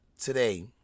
today